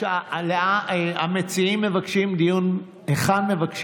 המציעים מבקשים דיון היכן?